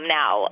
now